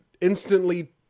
instantly